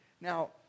Now